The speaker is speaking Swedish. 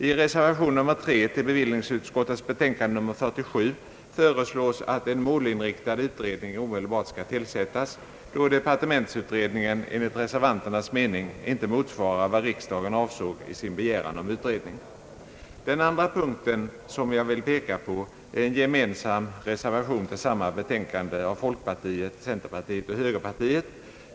I reservation nr 3 till bevillningsutskottets betänkande nr 47 föreslås att en målinriktad utredning omedelbart skall tillsättas, då departementsutredningen enligt reservanternas mening inte motsvarar vad riksdagen avsåg i sin begäran om utredning. För det andra vill jag peka på en gemensam reservation till samma betänkande av folkpartiet, centerpartiet och högerpartiet.